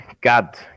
God